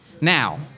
Now